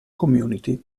community